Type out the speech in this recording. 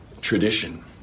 tradition